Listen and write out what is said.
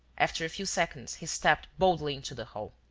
after a few seconds, he stepped boldly into the hall.